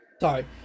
Sorry